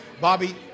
Bobby